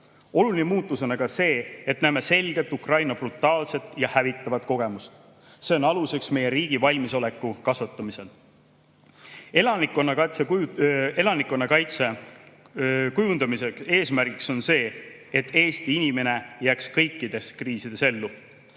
Oluline muutus on aga see, et näeme selgelt Ukraina brutaalset ja hävitavat kogemust. See on aluseks meie riigi valmisoleku kasvatamisel. Elanikkonnakaitse kujundamise eesmärgiks on see, et Eesti inimene jääks kõikides kriisides ellu.